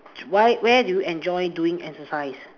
why where do you enjoy doing exercise